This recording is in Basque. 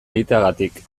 egiteagatik